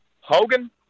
Hogan